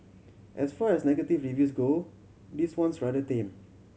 as far as negative reviews go this one's rather tame